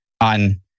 on